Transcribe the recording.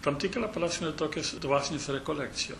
tam tikra prasme tokios dvasinės rekolekcijos